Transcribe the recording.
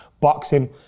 boxing